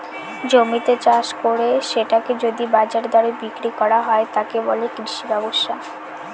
জমিতে চাষ করে সেটাকে যদি বাজারের দরে বিক্রি করা হয়, তাকে বলে কৃষি ব্যবসা